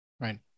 Right